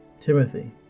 Timothy